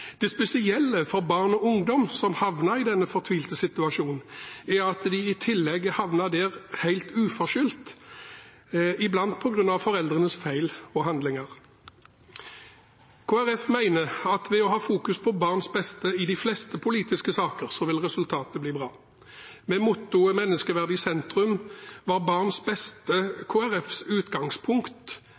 Det spesielle for barn og ungdom som havner i denne fortvilte situasjonen, er at de i tillegg er havnet der helt uforskyldt, iblant på grunn av foreldrenes feil og handlinger. Kristelig Folkeparti mener at ved å fokusere på barns beste i de fleste politiske saker så vil resultatet bli bra. Med mottoet «menneskeverd i sentrum» var barns beste Kristelig Folkepartis utgangspunkt